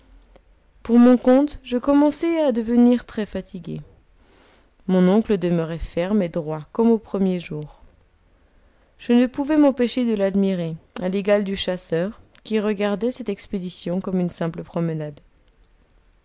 pour mon compte je commençais à devenir très fatigué mon oncle demeurait ferme et droit comme au premier jour je ne pouvais m'empêcher de l'admirer à l'égal du chasseur qui regardait cette expédition comme une simple promenade